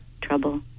trouble